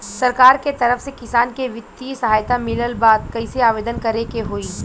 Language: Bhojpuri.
सरकार के तरफ से किसान के बितिय सहायता मिलत बा कइसे आवेदन करे के होई?